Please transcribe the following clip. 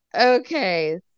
okay